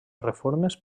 reformes